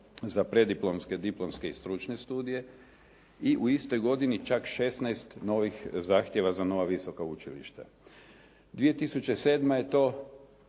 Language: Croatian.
za preddiplomske, diplomske i stručne studije i u istoj godini čak 16 novih zahtjeva za nova visoka učilišta. 2007. je to